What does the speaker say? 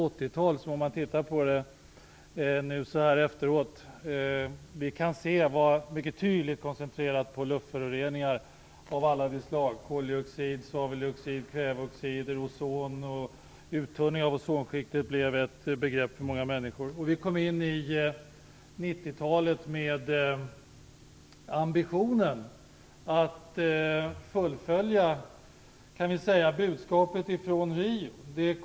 80-talet var, som vi i efterhand kan konstatera, mycket tydligt koncentrerat på luftföroreningar av alla de slag: koldioxid, svaveldioxid, kväveoxider och ozon. Uttunningen av ozonskiktet blev för många människor ett begrepp. Vi gick in i 90-talet med ambitionen att fullfölja budskapet från Rio.